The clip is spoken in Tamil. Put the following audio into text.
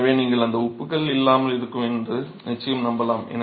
எனவே நீங்கள் அதை உப்புக்கள் இல்லாமல் இருக்கும் என்று நிச்சயம் நம்பலாம்